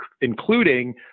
including